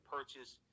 Purchase